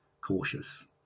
cautious